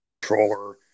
controller